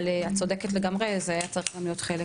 אבל את צודקת לגמרי, זה היה צריך גם להיות חלק.